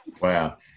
Wow